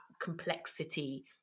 complexity